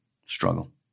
struggle